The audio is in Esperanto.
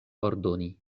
ordoni